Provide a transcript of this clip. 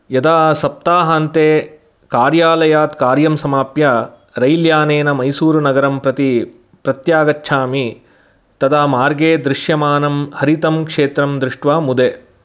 यदा सप्ताहान्ते कार्यालयात् कार्यं समाप्य रैल्यानेन मैसूरुनगरं प्रति प्रत्यागच्छामि तदा मार्गे दृश्यमानं हरितं क्षेत्रं दृष्ट्वा मुदे